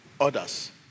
others